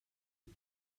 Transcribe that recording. but